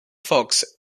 fox